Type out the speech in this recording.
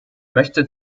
möchte